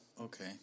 Okay